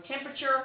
temperature